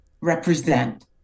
represent